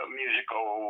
musical